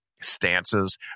stances